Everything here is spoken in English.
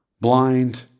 blind